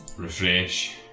refresh